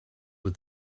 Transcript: with